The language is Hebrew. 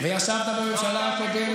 וכזה כזה חלש וקטן במעשים.